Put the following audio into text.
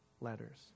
letters